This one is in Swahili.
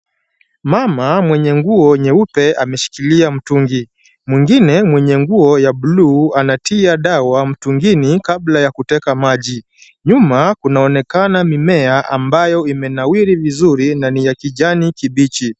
Mama mwenye nguo nyeupe ameshikilia mtungi. Mwingine mwenye nguo ya blue anatia dawa mtungini kabla ya kuteka maji. Nyuma kunaonekana mimea ambayo imenawiri vizuri na ni ya kijani kibichi.